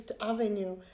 Avenue